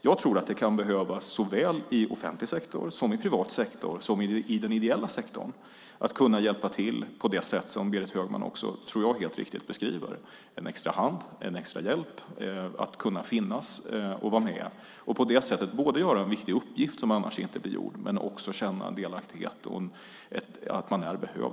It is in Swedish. Jag tror att de kan behövas såväl i offentlig sektor som i privat sektor och i den ideella sektorn - för att kunna hjälpa till på det sätt som Berit Högman helt riktigt beskriver, att vara en extra hand, en extra hjälp, att finnas och vara med och på det sättet utföra en viktig uppgift som annars inte blir gjord och också få känna en delaktighet och att man är behövd.